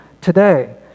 today